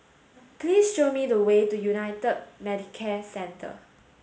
please show me the way to United Medicare Centre